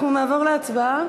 אנחנו נעבור להצבעה.